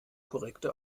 korrekte